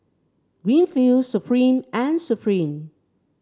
Greenfields Supreme and Supreme